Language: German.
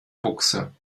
buchse